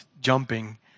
jumping